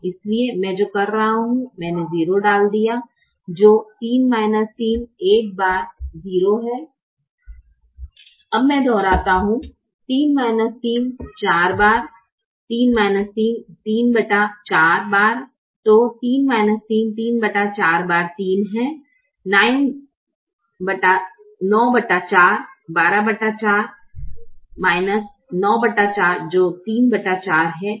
इसलिए मैं जो कर रहा हूं मैंने 0 डाल दिया है जो 3 0 है अब मैं दोहराता हूं 3 3 x 34 3 94 ¾ जो 34 है